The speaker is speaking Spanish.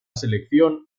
selección